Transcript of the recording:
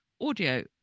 audio